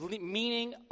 meaning